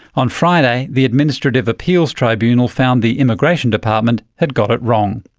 on friday the administrative appeals tribunal found the immigration department had got it wrong.